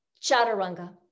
chaturanga